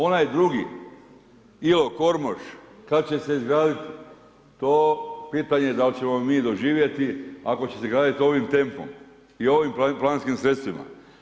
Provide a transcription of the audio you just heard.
Onaj drugi, Ilok, Kormoš, kada će se izgraditi, to pitanje dal ćemo mi doživjeti ako će se graditi ovim tempom i ovim planinskim sredstvima.